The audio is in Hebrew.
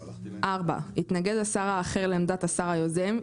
(4) התנגד השר האחר לעמדת השר היוזם,